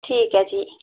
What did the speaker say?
ठीक ऐ जी